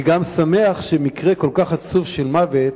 אני גם שמח שממקרה כל כך עצוב של מוות